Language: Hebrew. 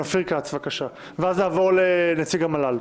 אופיר כץ, בבקשה, ואז נעבור לנציג המל"ל.